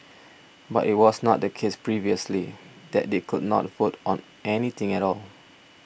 but it was not the case previously that they could not vote on anything at all